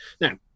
Now